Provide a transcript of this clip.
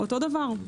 אותו דבר.